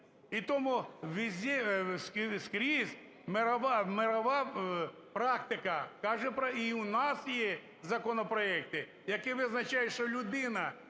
І тому скрізь мирова практика каже, і у нас є законопроекти, які визначають, що людина,